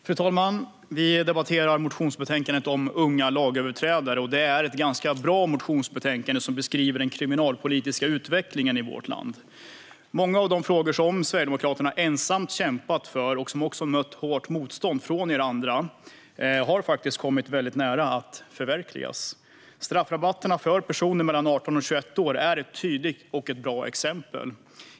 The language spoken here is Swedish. Fru talman! Vi debatterar nu motionsbetänkandet om unga lagöverträdare. Det är ett ganska bra motionsbetänkande som beskriver den kriminalpolitiska utvecklingen i vårt land. Många av de frågor som Sverigedemokraterna ensamt har kämpat för, och där vi också har mött hårt motstånd från er andra, har kommit väldigt nära att förverkligas. Straffrabatterna för personer mellan 18 och 21 år är ett tydligt och bra exempel.